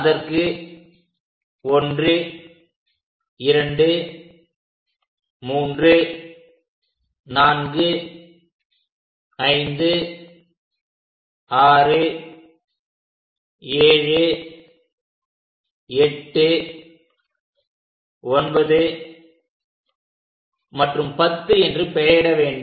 அதற்கு 123456789 மற்றும் 10 என்று பெயரிட வேண்டும்